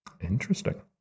Interesting